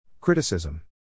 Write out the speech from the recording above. Criticism